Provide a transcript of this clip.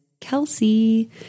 Kelsey